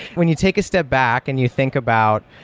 when you take a step back and you think about,